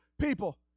people